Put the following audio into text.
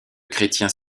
chrétiens